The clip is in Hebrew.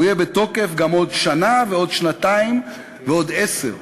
הוא יהיה בתוקף גם בעוד שנה ובעוד שנתיים ובעוד עשר שנים.